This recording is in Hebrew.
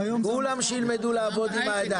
שכולם ילמדו לעבוד עם הידיים.